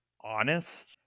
honest